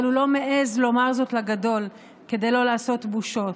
אבל הוא לא מעז לומר זאת לגדול כדי לא לעשות בושות.